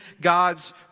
God's